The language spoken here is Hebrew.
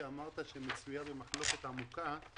שאמרת שהיא עמותה שמצויה במחלוקת עמוקה,